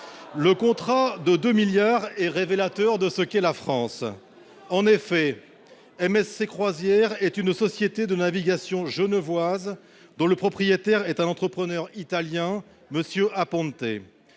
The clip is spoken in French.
Le contrat de 2 milliards d'euros est révélateur de ce qu'est la France. En effet, MSC Croisières est une société de navigation genevoise dont le propriétaire est un entrepreneur italien, M. Aponte.